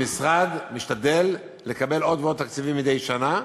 המשרד משתדל לקבל עוד ועוד תקציבים מדי שנה.